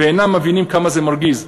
ואינם מבינים כמה זה מרגיז.